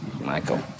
Michael